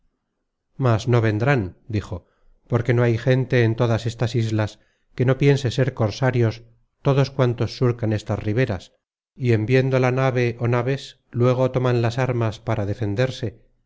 mas no vendrán dijo porque no hay gente en todas estas islas que no piense ser cosarios todos cuantos surcan estas riberas y en viendo la nave ó naves luego toman las armas para defenderse